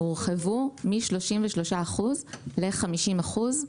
הורחבו מ-33 אחוזים ל-50 אחוזים.